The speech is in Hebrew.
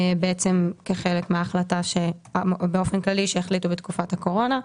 בעצם כחלק מהחלטה כללית שהחליטו בתקופת הקורונה.